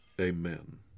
amen